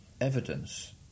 evidence